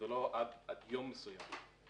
ולא על יום מסוים.